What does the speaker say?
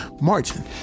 Martin